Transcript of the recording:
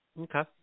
Okay